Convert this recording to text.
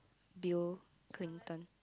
Bill-Clinton